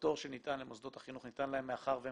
והפטור שניתן למוסדות החינוך ניתן להם מאחר והם